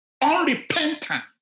unrepentant